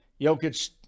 Jokic